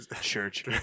church